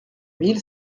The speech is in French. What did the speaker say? mille